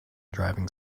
driving